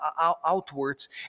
outwards